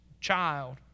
child